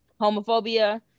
Homophobia